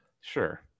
sure